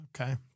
Okay